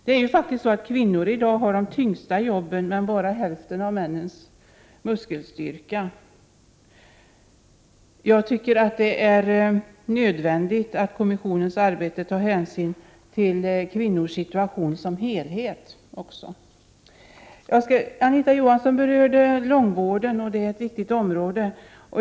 Det är ju faktiskt så att kvinnor i dag har de tyngsta jobben men bara hälften av männens muskelstyrka. Jag tycker att det är nödvändigt att kommissionen också tar hänsyn till kvinnors situation som helhet. Anita Johansson berörde långvården, som är ett viktigt område.